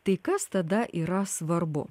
tai kas tada yra svarbu